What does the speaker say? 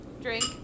Drink